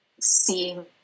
seeing